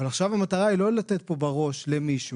אבל עכשיו המטרה היא לא לתת פה בראש למישהו,